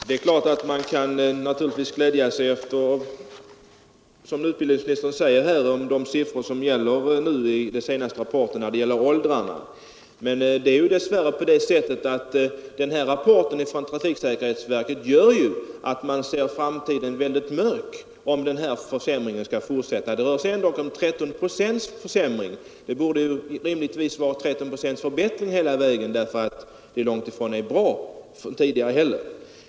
Herr talman! Det är klart att man kan glädja sig åt de siffror för åldersgruppen 7—14 år som utbildningsministern nämner. Men rapporten från trafiksäkerhetsverket gör dess värre att man ser framtiden mycket mörk — om försämringen skall fortsätta. Det rör sig dock om 13 procents försämring av trafikkunskaperna, och eftersom förhållandena var långt ifrån bra tidigare borde det rimligtvis i stället vara 13 procents förbättring.